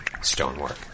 stonework